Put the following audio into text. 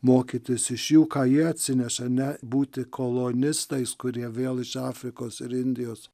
mokytis iš jų ką jie atsineša ne būti kolonistais kurie vėl iš afrikos ir indijos